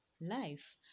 life